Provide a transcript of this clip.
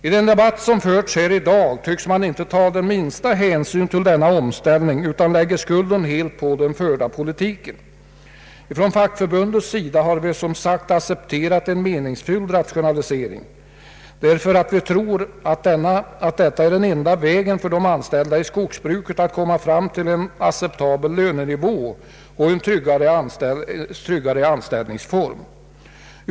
I den debatt som förts här i dag tycks man inte ta den minsta hänsyn till denna omställning utan lägger skulden helt på den förda politiken. Från fackförbundets sida har vi, som sagt, accepterat en meningsfylld rationalisering, därför att vi tror att detta är den enda vägen för de anställda i skogsbruket att komma fram till en acceptabel lönenivå och en tryggare anställningsform.